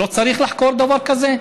לא צריך לחקור דבר כזה,